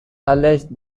alleged